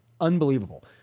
unbelievable